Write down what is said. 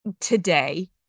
today